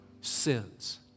sins